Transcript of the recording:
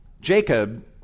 Jacob